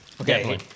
Okay